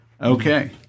Okay